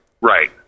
Right